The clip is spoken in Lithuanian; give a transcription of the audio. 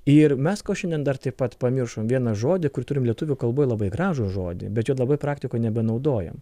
ir mes ko šiandien dar taip pat pamiršom vieną žodį kur turim lietuvių kalboj labai gražų žodį bet jo labai praktikoj nebenaudojam